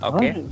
Okay